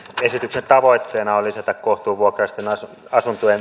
esityksen tavoitteena on lisätä kohtuuvuokraisten asuntojen tarjontaa